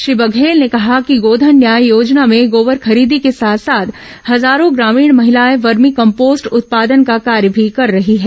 श्री बघेल ने कहा कि गोधन न्याय योजना में गोबर खरीदी के साथ साथ हजारों ग्रामीण महिलाएं वर्मी कम्पोस्ट उत्पादन का कार्य भी कर रही हैं